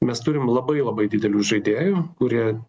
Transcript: mes turim labai labai didelių žaidėjų kurie